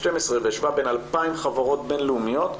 והשווה בין 2,000 חברות בין-לאומיות,